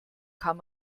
kann